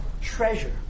treasure